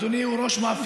ראש מאפיה זה,